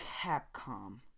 capcom